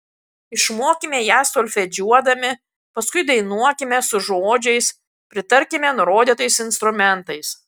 išmokime ją solfedžiuodami paskui dainuokime su žodžiais pritarkime nurodytais instrumentais